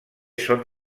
són